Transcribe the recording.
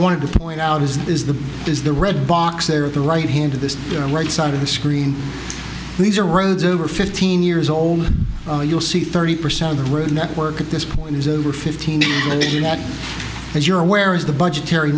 wanted to point out is the is the red box there at the right hand to this right side of the screen these are roads over fifteen years old you'll see thirty percent of the road network at this point is over fifteen as you're aware is the budgetary